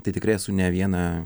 tai tikrai esu ne vieną